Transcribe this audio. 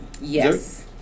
Yes